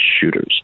shooters